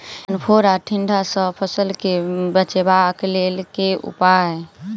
ऐंख फोड़ा टिड्डा सँ फसल केँ बचेबाक लेल केँ उपाय?